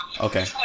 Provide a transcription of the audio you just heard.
Okay